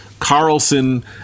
Carlson